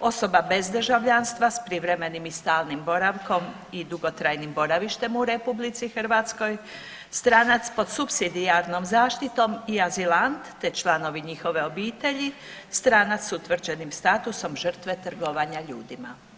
osoba bez državljanstva s privremenim i stalnim boravkom i dugotrajnim boravištem u RH, stranac pod supsidijarnom zaštitom i azilant te članovi njihove obitelji, stranac s utvrđenim statusom žrtve trgovanja ljudima.